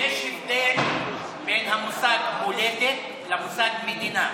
יש הבדל בין המושג "מולדת" למושג "מדינה".